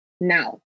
now